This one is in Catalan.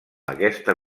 aquesta